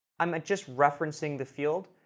i'm just referencing the field.